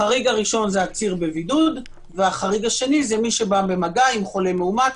החריג הראשון זה עציר בבידוד והחריג השני זה מי שבא במגע עם חולה מאומת,